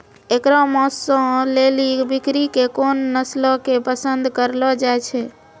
एकरो मांसो लेली बकरी के कोन नस्लो के पसंद करलो जाय छै?